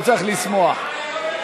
נתקבלו.